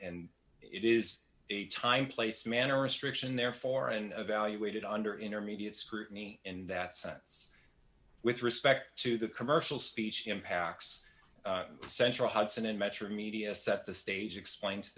and it is a time place manner restriction therefore and evaluated under intermediate scrutiny and that sense with respect to the commercial speech impacts central hudson and metro media set the stage explain